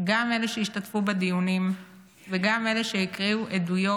גם אלה שהשתתפו בדיונים וגם אלה שהקריאו עדויות